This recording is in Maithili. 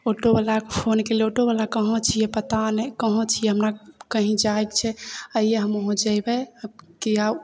ऑटो बलाके फोन केलियै ऑटो बला कहाँ छियै पता नहि कहाँ छियै हमरा कहीँ जाइके छै आइये हमहुँ जयबै की आउ